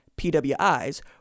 PWIs